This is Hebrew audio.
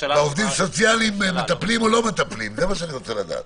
עובדים סוציאליים מטפלים או לא מטפלים זה מה שאני רוצה לדעת.